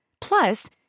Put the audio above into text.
Plus